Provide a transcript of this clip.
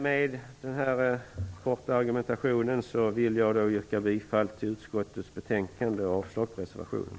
Med den här korta argumentationen vill jag yrka bifall till utskottets hemställan och avslag på reservationen.